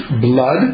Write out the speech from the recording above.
blood